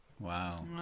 Wow